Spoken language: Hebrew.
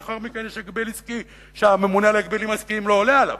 לאחר מכן יש הגבל עסקי שהממונה על ההגבלים העסקיים לא עולה עליו.